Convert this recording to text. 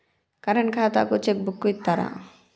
Current ఖాతాకు cheque book ఇత్తరా?